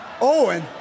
Owen